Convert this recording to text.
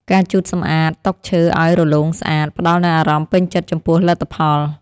ការជូតសម្អាតតុឈើឱ្យរលោងស្អាត ផ្តល់នូវអារម្មណ៍ពេញចិត្តចំពោះលទ្ធផល។